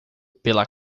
pela